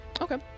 Okay